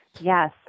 Yes